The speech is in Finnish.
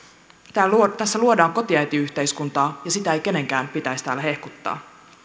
tässä luodaan kotiäitiyhteiskuntaa ja sitä ei kenenkään pitäisi täällä hehkuttaa